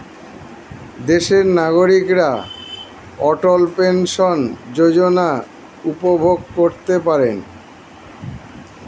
দেশের নাগরিকরা অটল পেনশন যোজনা উপভোগ করতে পারেন